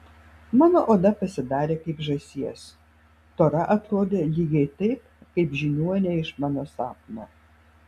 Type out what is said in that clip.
mano oda pasidarė kaip žąsies tora atrodė lygiai taip kaip žiniuonė iš mano sapno